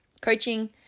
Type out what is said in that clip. coaching